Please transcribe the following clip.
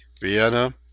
Vienna